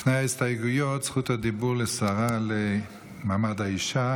לפני ההסתייגויות, זכות הדיבור לשרה למעמד האישה